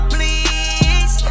Please